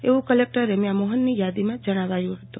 એવું કલેકટર રેમ્યા મોહનની યાદીમાં જણાવાયું હતું